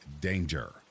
danger